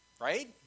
right